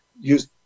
use